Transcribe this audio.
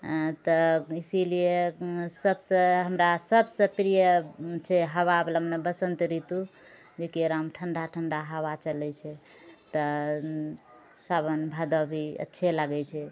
तऽ इसीलिए सबसँ हमरा सबसँ प्रिय छै हवावला मने बसन्त ऋतु जेकि ओकरामे ठण्डा ठण्डा हवा चलै छै तऽ सावन भादो भी अच्छे लागै छै